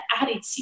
attitude